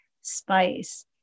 spice